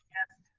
yes.